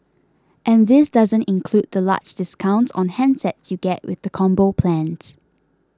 and this doesn't include the large discounts on handsets you get with the Combo plans